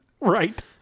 Right